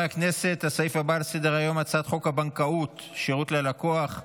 אני קובע כי הצעת חוק ההתיישנות (תיקון מס' 8,